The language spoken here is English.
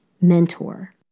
mentor